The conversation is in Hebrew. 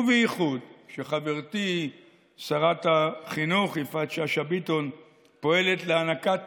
ובייחוד כשחברתי שרת החינוך יפעת שאשא ביטון פועלת להענקת